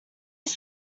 was